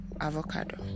avocado